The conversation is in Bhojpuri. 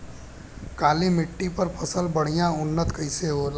काली मिट्टी पर फसल बढ़िया उन्नत कैसे होला?